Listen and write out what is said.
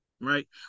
right